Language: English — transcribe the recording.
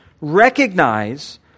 recognize